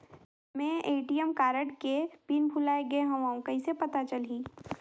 मैं ATM card के PIN भुलाए गे हववं कइसे पता चलही?